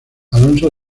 alonso